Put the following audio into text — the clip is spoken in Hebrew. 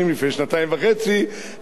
נדמה לי שלוש פגישות במשרדך,